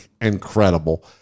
incredible